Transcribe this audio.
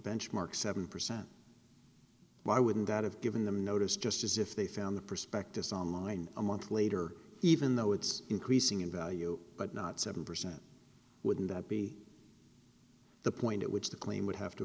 benchmark seven percent why wouldn't that have given them notice just as if they found the prospectus online a month later even though it's increasing in value but not seven percent wouldn't that be the point at which the claim would have to